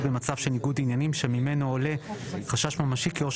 במצב של ניגוד עניינים שממנו עולה חשש ממשי כי ראש